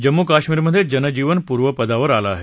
जम्मू काश्मीर मध्ये जनजीवन पूर्वपदावर आलं आहे